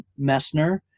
Messner